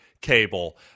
cable